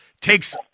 takes